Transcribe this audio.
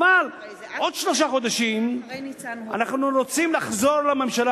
אבל עוד שלושה חודשים אנחנו רוצים לחזור לממשלה